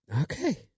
okay